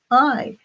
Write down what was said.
i,